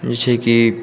ई छै कि